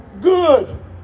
Good